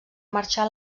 marxar